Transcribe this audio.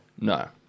No